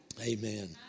Amen